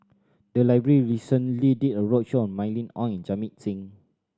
the library recently did a roadshow on Mylene Ong in Jamit Singh